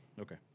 Okay